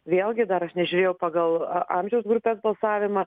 vėlgi dar aš nežiūrėjau pagal amžiaus grupes balsavimą